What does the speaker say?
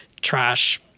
trash